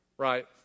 Right